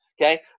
Okay